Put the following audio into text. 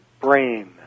Brain